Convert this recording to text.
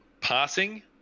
passing